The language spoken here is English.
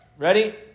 Ready